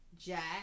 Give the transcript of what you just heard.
Jack